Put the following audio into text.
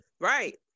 Right